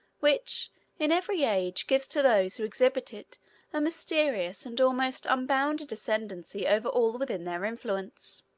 which in every age gives to those who exhibit it a mysterious and almost unbounded ascendency over all within their influence.